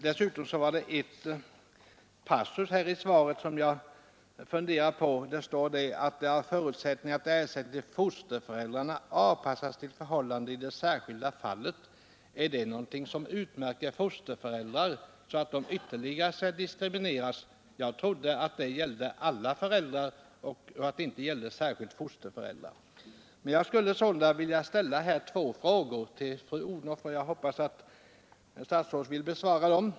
Det finns en passus i statsrådets svar som jag har funderat över, Nr 156 nämligen den där det står att det har förutsatts att ”ersättning till Torsdagen den fosterföräldrarna avpassas till förhållandena i det särskilda fallet”. Är det 13 december 1973 någonting som utmärker fosterföräldrarna? Skall de diskrimineras ytterligare? Det trodde jag var något som gällde alla föräldrar. Jag vill här ställa två frågor till fru Odhnoff, som jag hoppas att statsrådet vill svara på: 1.